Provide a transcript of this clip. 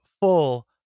full